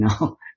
no